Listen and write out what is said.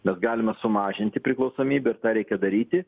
bet galime sumažinti priklausomybę ir tą reikia daryti